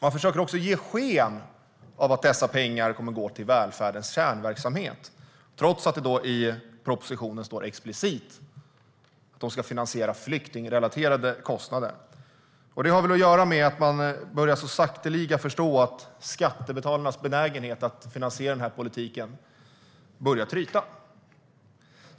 Man försöker också ge sken av att dessa pengar kommer att gå till välfärdens kärnverksamhet, trots att det i propositionen står explicit att de ska finansiera flyktingrelaterade kostnader. Det har väl att göra med att man så sakteliga börjar förstå att skattebetalarnas benägenhet att finansiera denna politik börjar tryta.